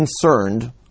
concerned